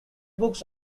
books